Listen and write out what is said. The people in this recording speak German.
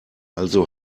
also